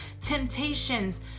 temptations